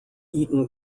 eton